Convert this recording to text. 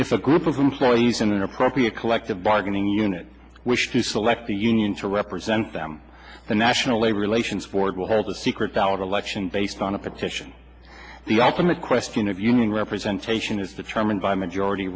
if a group of employees in an inappropriate collective bargaining unit wish to select a union to represent them the national labor relations board will hold a secret ballot election based on a petition the ultimate question of union representation is determined by majority